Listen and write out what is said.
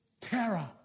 terror